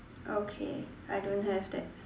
okay I don't have that